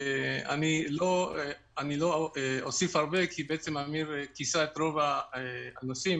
אני לא אוסיף הרבה כי אמיר כיסה את רוב הנושאים,